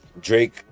drake